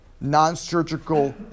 non-surgical